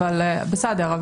בסדר,